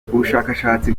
ubushakashatsi